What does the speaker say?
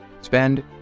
Spend